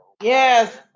Yes